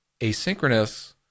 asynchronous